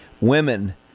women